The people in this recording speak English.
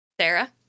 sarah